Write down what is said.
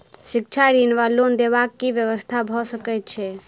शिक्षा ऋण वा लोन देबाक की व्यवस्था भऽ सकै छै?